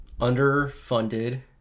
underfunded